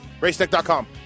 Racetech.com